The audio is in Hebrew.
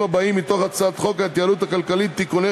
הבאים מתוך הצעת חוק ההתייעלות הכלכלית (תיקוני